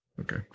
Okay